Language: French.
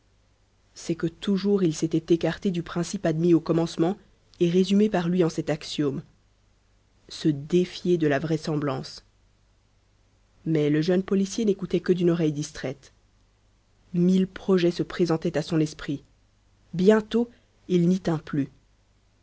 c'est que toujours il s'était écarté du principe admis au commencement et résumé par lui en cet axiome se défier de la vraisemblance mais le jeune policier n'écoutait que d'une oreille distraite mille projets se présentaient à son esprit bientôt il n'y tint plus